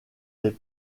des